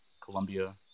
Colombia